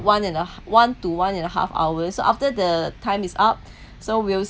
one and a one to one and a half hours after the time is up so we'll